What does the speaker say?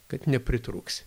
kad nepritrūks